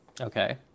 Okay